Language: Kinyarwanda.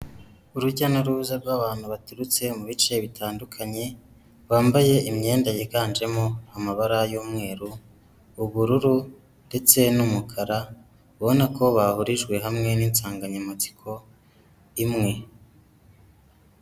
Urujya n'uruza rw'abantu baturutse mu bice bitandukanye bambaye imyenda yiganjemo amabara y'umweru, ubururu ndetse n'umukara. Ubona ko bahurijwe hamwe n'insanganyamatsiko imwe.